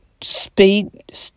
speed